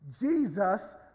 Jesus